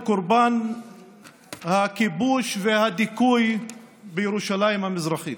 הוא קורבן הכיבוש והדיכוי בירושלים המזרחית.